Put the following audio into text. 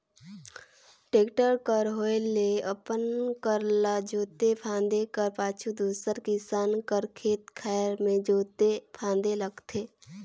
tractor कर होए ले अपन कर ल जोते फादे कर पाछू दूसर किसान कर खेत खाएर मे जोते फादे लगथे